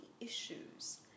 issues